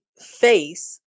face